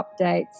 updates